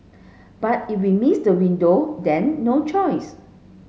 but if we miss the window then no choice